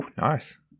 nice